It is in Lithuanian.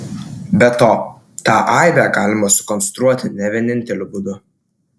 be to tą aibę galima sukonstruoti ne vieninteliu būdu